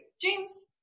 James